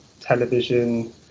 television